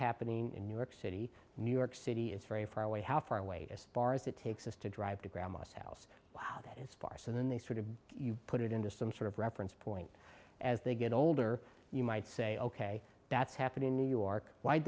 happening in new york city new york city it's very far away how far away as far as it takes us to drive to grandma's house wow that is far so then they sort of you put it into some sort of reference point as they get older you might say ok that's happened in new york why'd